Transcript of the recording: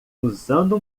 usando